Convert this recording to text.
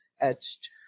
etched